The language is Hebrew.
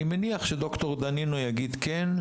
אני מניח שד"ר דנינו יגיד כן,